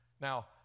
now